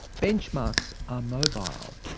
benchmarks are mobile.